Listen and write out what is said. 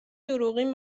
دروغین